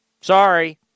Sorry